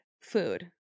food